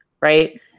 right